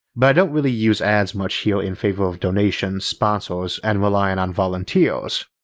but don't really use ads much here in favor of donations, sponsors, and relying on volunteers.